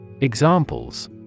Examples